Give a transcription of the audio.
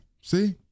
See